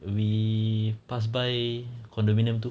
we pass by condominium itu